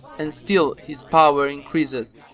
and still his power increaseth.